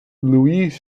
louis